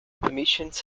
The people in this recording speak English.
omissions